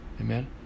Amen